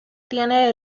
tiene